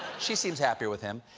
she seems happier with him.